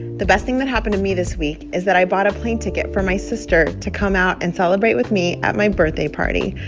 the best thing that happened to me this week is that i bought a plane ticket for my sister to come out and celebrate with me at my birthday party.